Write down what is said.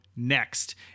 next